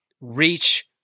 reach